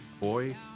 Boy